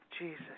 Jesus